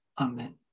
Amen